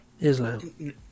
Islam